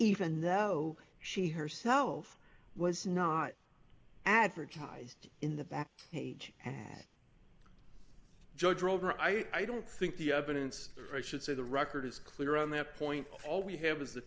even though she herself was not advertised in the back page and joe drove her i don't think the evidence or i should say the record is clear on that point all we have is the